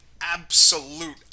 absolute